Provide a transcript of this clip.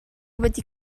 wedi